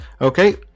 Okay